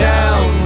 Down